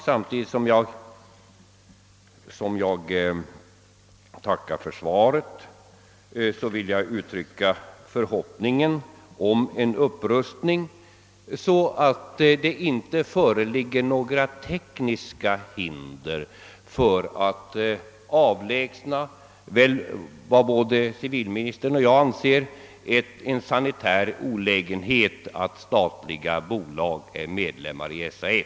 Samtidigt som jag alltså tackar för civilministerns svar vill jag, herr talman, uttrycka min förhoppning om en upprustning. Det föreligger inte några tekniska hinder för att avlägsna vad både jag och väl också civilministern betraktar som en sanitär olägenhet, d.v.s. det förhållandet att statliga bolag är medlemmar i SAF.